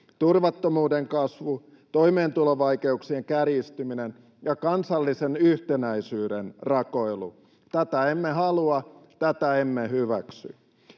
turvattomuuden kasvu, toimeentulovaikeuksien kärjistyminen ja kansallisen yhtenäisyyden rakoilu. Tätä emme halua, tätä emme hyväksy.